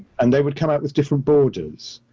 and they would come out with different borders,